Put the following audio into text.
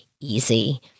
easy